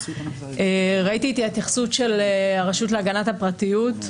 ראיתי את ההתייחסות של הרשות להגנת הפרטיות.